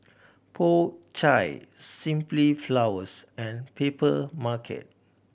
Po Chai Simply Flowers and Papermarket